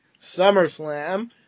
SummerSlam